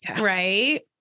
right